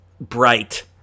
bright